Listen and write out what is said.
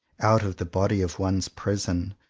out of the body of one's prison,